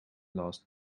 last